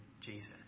Jesus